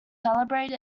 celebrate